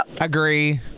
agree